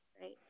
right